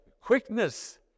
quickness